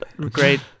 great